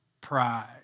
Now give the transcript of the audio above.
pride